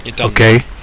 okay